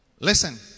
Listen